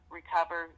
recover